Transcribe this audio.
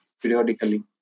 periodically